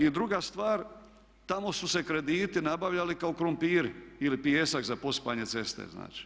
I druga stvar, tamo su se krediti nabavljali kao krumpiri ili pijesak za posipanje ceste znači.